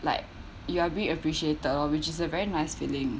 like you are being appreciated oh which is a very nice feeling